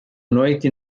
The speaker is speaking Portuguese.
noite